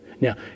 Now